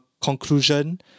conclusion